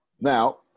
Now